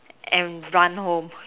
and run home